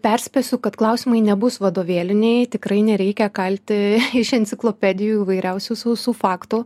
perspėsiu kad klausimai nebus vadovėliniai tikrai nereikia kalti iš enciklopedijų įvairiausių sausų faktų